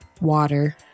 Water